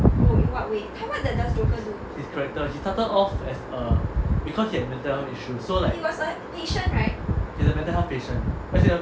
his character he started off as a because he had mental health issues so like he was a mental health patient as in